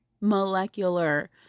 molecular